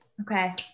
Okay